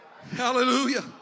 Hallelujah